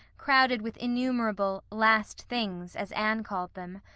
crowded with innumerable last things, as anne called them.